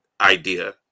idea